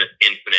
infinite